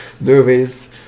Movies